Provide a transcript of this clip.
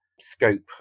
scope